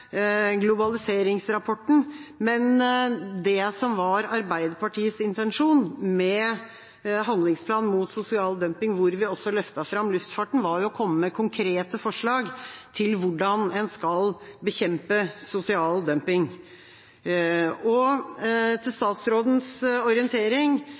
globaliseringsrapporten, men det som var Arbeiderpartiets intensjon med handlingsplanen mot sosial dumping, der vi også løftet fram luftfarten, var å komme med konkrete forslag til hvordan en skal bekjempe sosial dumping. Til statsrådens orientering,